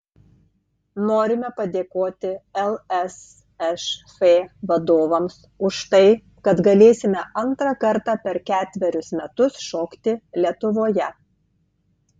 norime padėkoti lsšf vadovams už tai kad galėsime antrą kartą per ketverius metus šokti lietuvoje